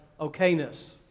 okayness